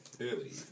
early